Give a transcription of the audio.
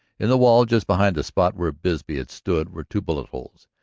in the wall just behind the spot where bisbee had stood were two bullet holes.